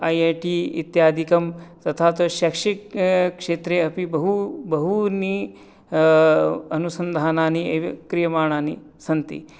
I I T इत्यादिकं तथा तु शैक्षिक क्षेत्रे अपि बहु बहूनि अनुसंधानानि एव क्रियमाणानि सन्ति